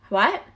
what